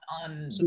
on